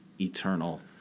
eternal